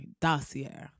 Dossier